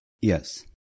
Yes